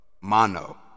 mono